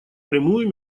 прямую